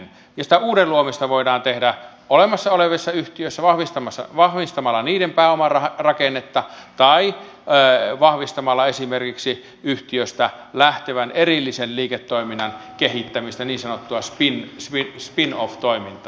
ja sitä uuden luomista voidaan tehdä olemassa olevissa yhtiöissä vahvistamalla niiden pääomarakennetta tai vahvistamalla esimerkiksi yhtiöstä lähtevän erillisen liiketoiminnan kehittämistä niin sanottua spin off toimintaa